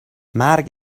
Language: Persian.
مرگ